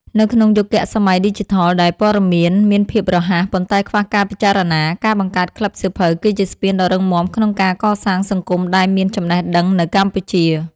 នៅក្នុងយុគសម័យឌីជីថលដែលព័ត៌មានមានភាពរហ័ស ប៉ុន្តែខ្វះការពិចារណា ការបង្កើតក្លឹបសៀវភៅគឺជាស្ពានដ៏រឹងមាំក្នុងការកសាង សង្គមដែលមានចំណេះដឹង នៅកម្ពុជា។